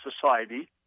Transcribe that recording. society